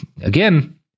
Again